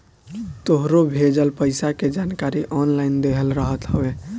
तोहरो भेजल पईसा के जानकारी ऑनलाइन देहल रहत हवे